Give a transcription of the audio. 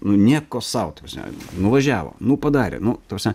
nu nieko sau ta prasme nuvažiavo nu padarė nu ta prasme